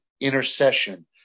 intercession